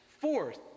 Fourth